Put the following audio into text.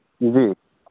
जी